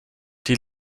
die